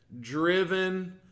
driven